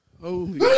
Holy